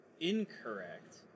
incorrect